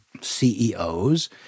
CEOs